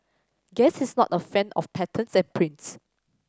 guess he's not a fan of patterns and prints